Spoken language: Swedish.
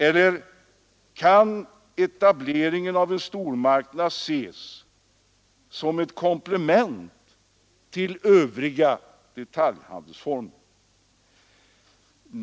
Eller kan etableringen av en stormarknad ses som ett komplement till övriga detaljhandelsformer?